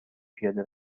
پیاده